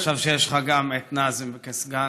עכשיו שיש לך גם את נאזם כסגן,